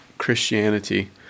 Christianity